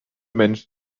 mensch